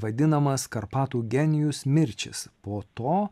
vadinamas karpatų genijus mirčis po to